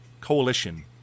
Coalition